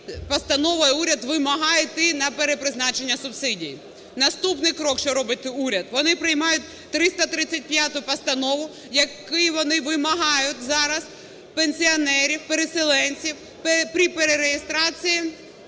постановою уряд вимагає йти на перепризначення субсидій. Наступний крок, що робить уряд. Вони приймають 335 Постанову, якою вони вимагають зараз пенсіонерів, переселенців при перереєстрації